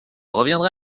reviendrai